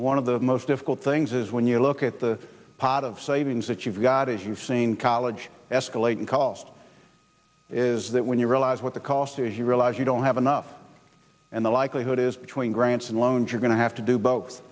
one of the most difficult things is when you look at the pot of savings that you've got a huge scene college escalating cost is that when you realize what the cost to he realize you don't have enough and the likelihood is between grants and loans you're going to have to do both